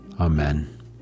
Amen